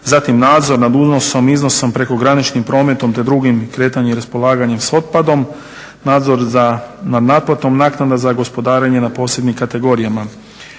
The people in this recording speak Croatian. zatim nadzor nad unosom i iznosom prekograničnim prometom te drugim kretanjem i raspolaganjem s otpadom, nadzor nad naplatom, naknada za gospodarenje na posebnim kategorijama,